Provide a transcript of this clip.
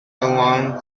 alone